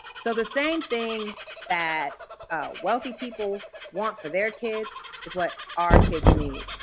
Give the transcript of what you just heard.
so the same thing that wealthy people want for their kids is what our kids need.